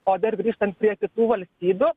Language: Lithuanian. o dar grįžtant prie kitų valstybių